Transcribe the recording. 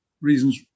reasons